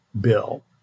bill